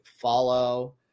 follow